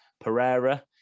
Pereira